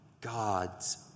God's